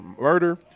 murder